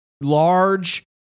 large